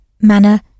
manner